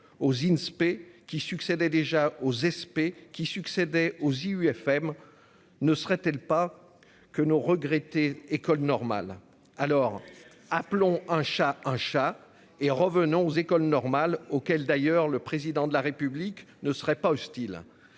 aux Inspé qui succédait déjà aux SP qui succédait aux IUFM ne serait-elle pas que nos regretté École normale alors, appelons un chat un chat et revenons aux écoles normales, auquel d'ailleurs le président de la République ne serait pas hostile.